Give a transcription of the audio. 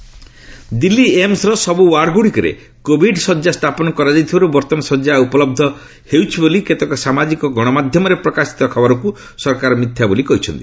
ଗଭ୍ fact check Delhi ଏମ୍ବର ସବୁ ward ଗୁଡ଼ିକରେ କୋଭିଡ୍ ଶଯ୍ୟା ସ୍ଥାପନ କରାଯାଇଥିବାରୁ ବର୍ତ୍ତମାନ ଶଯ୍ୟା ଉପଲବ୍ଧ ହେଉଛି ବୋଲି କେତେକ ସାମାଜିକ ଗଣମାଧ୍ୟମରେ ପ୍ରକାଶିତ ଖବରକୁ ସରକାର ମିଥ୍ୟା ବୋଲି କହିଛନ୍ତି